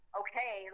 okay